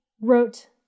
wrote